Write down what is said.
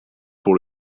pour